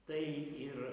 tai ir